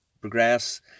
progress